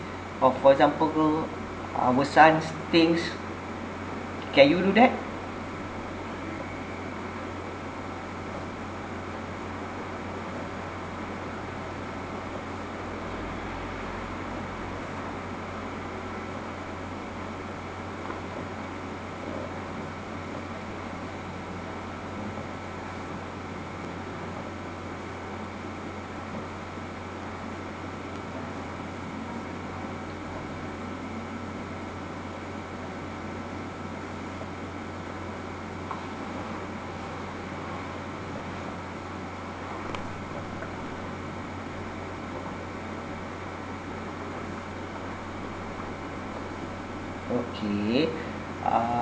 or for example our son's things can you do that okay uh